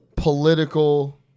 Political